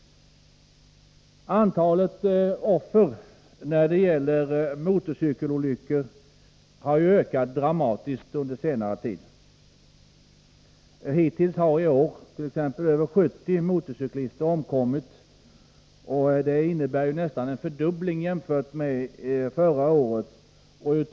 Antalet offer i motorcykelolyckor har ökat dramatiskt under senare tid. I år har hittills 70 motorcyklister omkommit, vilket nästan är en fördubbling jämfört med förra året.